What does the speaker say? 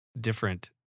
different